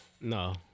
No